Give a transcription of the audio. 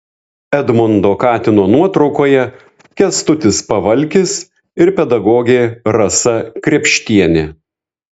edmundo katino nuotraukoje kęstutis pavalkis ir pedagogė rasa krėpštienė